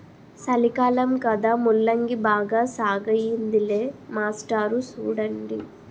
సలికాలం కదా ముల్లంగి బాగా సాగయ్యిందిలే మాస్టారు సూడండి